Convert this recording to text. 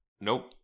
Nope